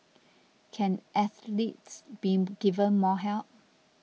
can athletes be given more help